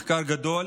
זה מחקר גדול,